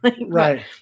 Right